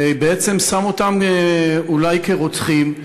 ובעצם שם אותם אולי כרוצחים,